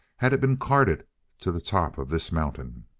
had it been carted to the top of this mountain?